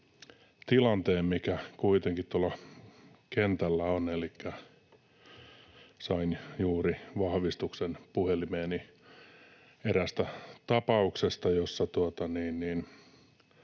tilanteen, mikä kuitenkin tuolla kentällä on. Elikkä sain juuri vahvistuksen puhelimeeni eräästä tapauksesta, jossa